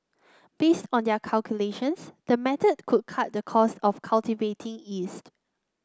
based on their calculations the method could cut the cost of cultivating yeast